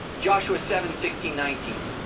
joshua seven sixteen nineteen,